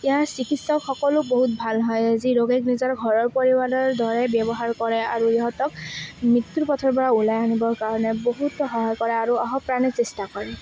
ইয়াৰ চিকিৎসক সকলো বহুত ভাল হয় যি ৰোগীক নিজৰ ঘৰ পৰিবাৰৰ দৰে ব্যৱহাৰ কৰে আৰু ইহঁতক মৃত্যু পথৰ পৰা ওলাই আনিবৰ কাৰণে বহুতো সহায় কৰে আৰু আহুপ্ৰাণে চেষ্টা কৰে